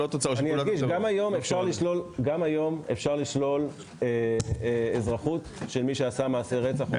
גם היום אפשר לשלול אזרחות של מי שעשה מעשה רצח.